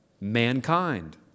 mankind